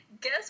guess